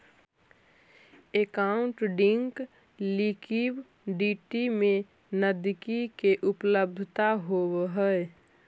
accounting liquidity में नकदी के उपलब्धता होवऽ हई